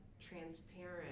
transparent